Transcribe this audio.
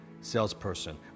salesperson